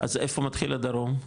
אז איפה מתחיל הדרום?